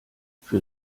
für